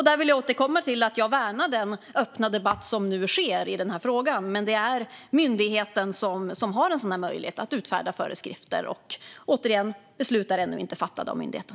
Där vill jag återkomma till att jag värnar den öppna debatt som nu finns i den här frågan. Men det är myndigheten som har en möjlighet att utfärda föreskrifter. Och, återigen, beslut är ännu inte fattade av myndigheten.